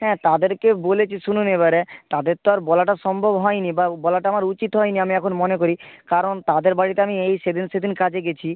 হ্যাঁ তাদেরকে বলেছি শুনুন এবারে তাদের তো আর বলাটা সম্ভব হয়নি বা বলাটা আমার উচিত হয়নি আমি এখন মনে করি কারণ তাদের বাড়িতে আমি এই সে দিন সে দিন কাজে গিয়েছি